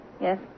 yes